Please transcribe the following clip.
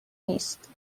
نیست